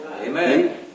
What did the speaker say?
Amen